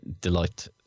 delight